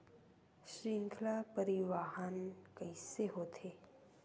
श्रृंखला परिवाहन कइसे होथे?